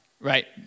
right